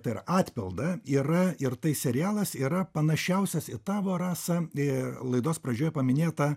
tai yra atpildą yra ir tai serialas yra panašiausias į tavo rasa laidos pradžioje paminėtą